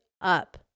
up